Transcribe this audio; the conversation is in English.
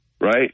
right